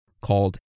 called